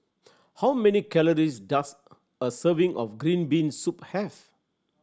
how many calories does a serving of green bean soup have